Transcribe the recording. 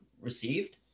received